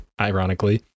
ironically